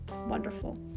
wonderful